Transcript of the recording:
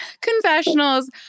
confessionals